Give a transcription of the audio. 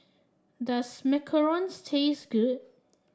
does Macarons taste good